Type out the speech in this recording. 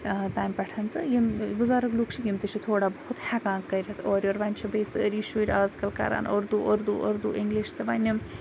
تمہِ پٮ۪ٹھ تہٕ یِم بُزرگ لُکھ چھِ یِم تہِ چھِ تھوڑا بہت ہیٚکان کٔرِتھ اورٕ یورٕ وۄنۍ چھِ بیٚیہِ سٲری شُرۍ آزکَل کَران اردو اردو اردو اِنٛگلِش تہِ وۄنۍ یِم